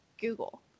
google